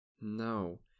No